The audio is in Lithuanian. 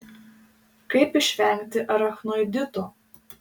kaip išvengti arachnoidito